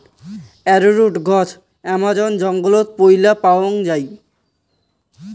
arrowroot গছ Amazon জঙ্গলত পৈলা পাওয়াং যাই